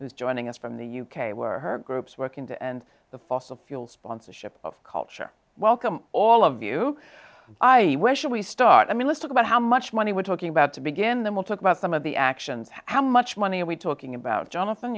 who's joining us from the u k where her groups working to end the fossil fuel sponsorship of culture welcome all of you i e where should we start i mean let's talk about how much money we're talking about to begin then we'll talk about some of the actions how much money are we talking about jonath